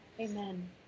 Amen